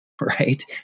right